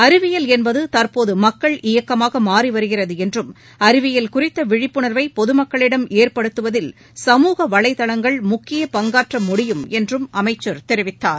அறிவியல் என்பது தற்போது மக்கள் இயக்கமாக மாறி வருகிறது என்றும் அறிவியல் குறித்த விழிப்புணர்வை பொது மக்களிடம் ஏற்படுத்துவதில் சமூக வலைதளங்கள் முக்கிய பங்காற்ற முடியும் என்றும் அமைச்சர் தெரிவித்தார்